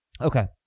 Okay